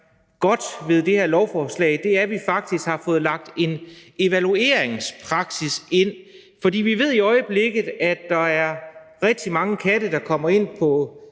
godt ved det her lovforslag, er, at vi faktisk har fået lagt en evalueringspraksis ind. For vi ved som sagt, at der i øjeblikket er rigtig mange katte, der kommer ind på